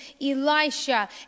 Elisha